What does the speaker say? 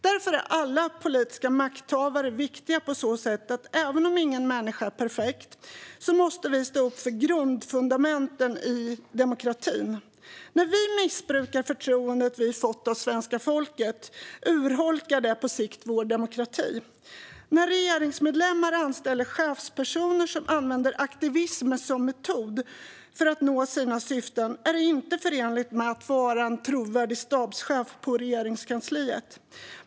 Därför är alla politiska makthavare viktiga på så sätt att även om ingen människa är perfekt måste vi stå upp för grundfundamenten i demokratin. När vi missbrukar förtroendet vi fått av svenska folket urholkar det på sikt vår demokrati. När regeringsmedlemmar anställer chefspersoner som använder aktivism som metod för att nå sina syften är det inte förenligt med att vara en trovärdig stabschef på regeringskansliet.